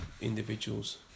individuals